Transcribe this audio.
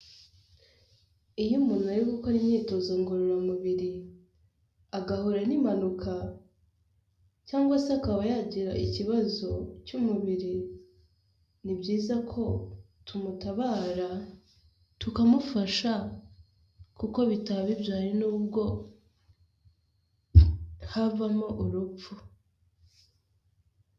Iyo umuntu ari gukora imyitozo ngororamubiri, agahura n'impanuka cyangwa se akaba yagira ikibazo cy'umubiri, ni byiza ko tumutabara, tukamufasha, kuko bitababyaye ibyo hari n'ubwo havamo urupfu.